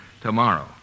tomorrow